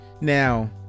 now